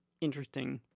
interesting